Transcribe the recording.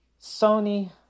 Sony